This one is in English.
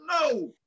No